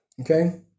okay